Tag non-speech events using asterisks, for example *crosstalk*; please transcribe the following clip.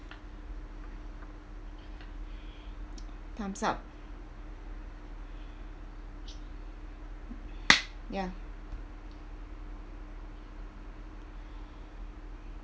time's up *noise* ya